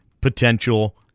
potential